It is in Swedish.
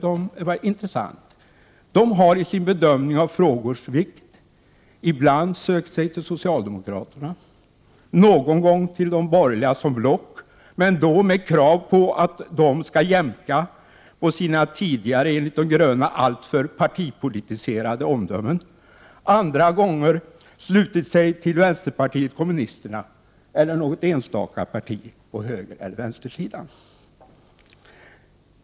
Det har i sin bedömning av frågors vikt ibland sökt sig till socialdemokraterna, någon gång till de borgerliga som block, men då med krav på att de skall jämka på sina tidigare enligt de gröna alltför partipolitiserade omdömen. Andra gånger har miljöpartiet slutit sig till vänsterpartiet kommunisterna eller något enstaka parti på högereller vänstersidan.